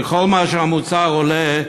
ככל שהמוצר עולה,